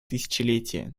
тысячелетия